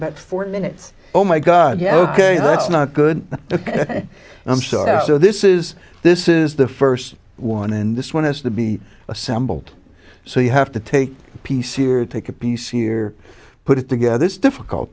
about forty minutes oh my god yeah ok that's not good ok i'm sorry so this is this is the first one and this one has to be assembled so you have to take a p c or take a p c or put it together it's difficult